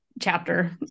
chapter